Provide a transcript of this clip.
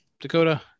Dakota